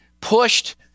pushed